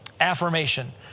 Affirmation